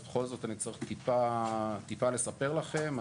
אז בכל זאת אני צריך טיפה לספר לכם.